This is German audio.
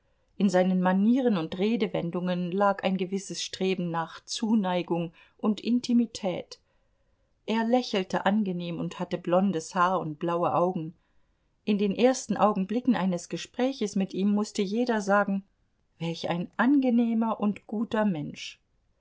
in seinen manieren und redewendungen lag ein gewisses streben nach zuneigung und intimität er lächelte angenehm und hatte blondes haar und blaue augen in den ersten augenblicken eines gespräches mit ihm mußte jeder sagen welch ein angenehmer und guter mensch